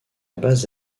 base